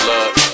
Love